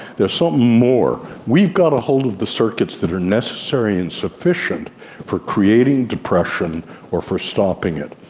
there's something more. we've got a hold of the circuits that are necessary and sufficient for creating depression or for stopping it.